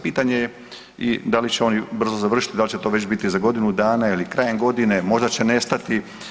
Pitanje je i da li će on brzo završiti, da li će to već biti za godinu dana ili krajem godine, možda će nestati.